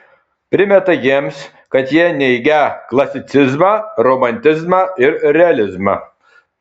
primeta jiems kad jie neigią klasicizmą romantizmą ir realizmą